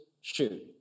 shoot